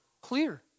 clear